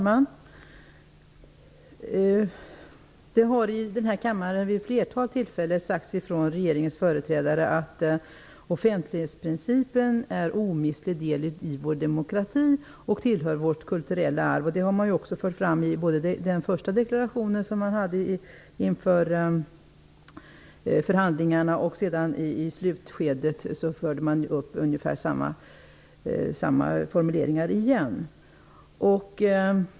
Herr talman! I denna kammare har det vid ett flertal tillfällen sagts av regeringens företrädare att offentlighetsprincipen är en omistlig del av vår demokrati och att den tillhör vårt kulturella arv. Det fördes fram i den första deklarationen inför förhandlingarna, och i slutskedet fördes ungefär likartade formuleringar fram igen.